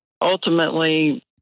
ultimately